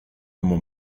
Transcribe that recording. como